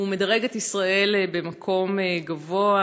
הוא מדרג את ישראל במקום גבוה,